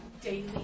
daily